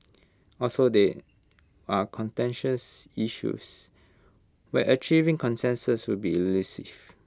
also they are contentious issues where achieving consensus will be elusive